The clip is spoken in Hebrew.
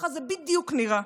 ככה בדיוק זה נראה.